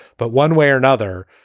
but one way or another,